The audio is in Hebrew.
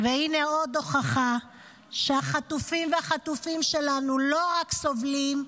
הינה עוד הוכחה שהחטופים והחטופות שלנו לא רק סובלים,